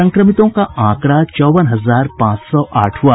संक्रमितों का आंकड़ा चौवन हजार पांच सौ आठ हुआ